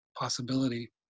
possibility